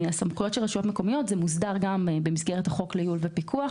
הסמכויות של רשויות מקומיות מוסדרות גם במסגרת החוק לייעול ופיקוח,